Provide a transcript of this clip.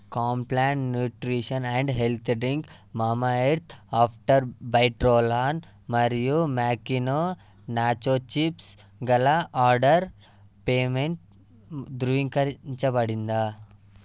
Complan nutrition and health drink Mamaearth after bite roll on మరియు Makino nacho chips గల order payment ధృవీకరించబడిందా